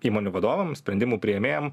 įmonių vadovam sprendimų priėmėjam